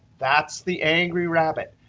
that's the angry rabbit.